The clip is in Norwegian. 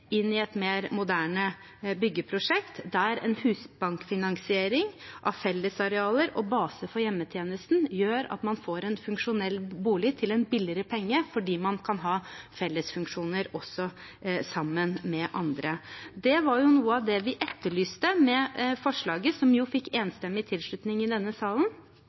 et mer moderne byggeprosjekt, der en husbankfiansiering av fellesarealer og base for hjemmetjenesten gjør at man får en funksjonell bolig for en billigere penge fordi man kan ha fellesfunksjoner sammen med andre. Det var jo noe av det vi etterlyste med forslaget, som fikk enstemmig tilslutning i denne salen,